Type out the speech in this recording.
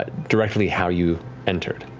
ah directly how you entered.